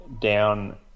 down